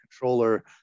controller